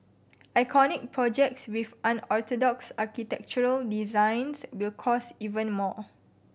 iconic projects with unorthodox architectural designs will cost even more